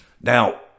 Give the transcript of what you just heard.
Now